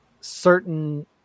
certain